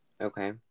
Okay